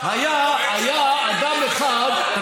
היה אדם אחד, אבל אדוני השר, זה בטוח לא הוא.